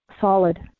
solid